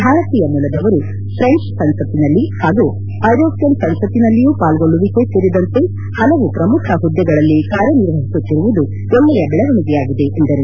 ಭಾರತೀಯ ಮೂಲದವರು ಕ್ಷೆಂಚ್ ಸಂಸತಿನಲ್ಲಿ ಹಾಗೂ ಐರೋಷ್ತನ ಸಂಸತಿನಲ್ಲಿಯೂ ಪಾಲ್ಗೊಳ್ಲುವಿಕೆ ಸೇರಿದಂತೆ ಪಲವು ಪ್ರಮುಖ ಪುದ್ಗೆಗಳಲ್ಲಿ ಕಾರ್ಯನಿರ್ವಹಿಸುತ್ತಿರುವುದು ಒಳ್ಳೆಯ ದೆಳವಣಿಗೆಯಾಗಿದೆ ಎಂದರು